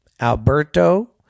Alberto